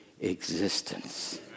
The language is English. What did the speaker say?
existence